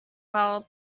while